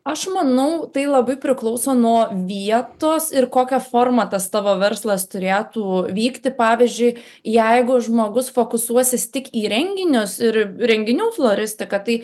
aš manau tai labai priklauso nuo vietos ir kokia forma tas tavo verslas turėtų vykti pavyzdžiui jeigu žmogus fokusuosis tik į renginius ir renginių floristiką tai